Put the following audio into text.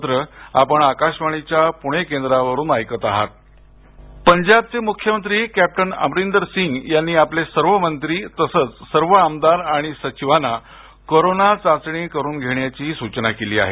पंजाब पंजाबचे मुख्यमंत्री कॅप्टन अमरिंदर सिंग यांनी आपले सर्व मंत्री तसंच सर्व आमदार आणि सचिवांना कोरोना चाचणी करून घेण्याची सूचना केली आहे